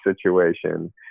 situation